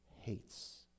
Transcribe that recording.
hates